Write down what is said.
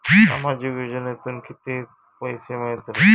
सामाजिक योजनेतून किती पैसे मिळतले?